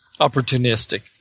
Opportunistic